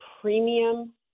premium